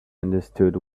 understood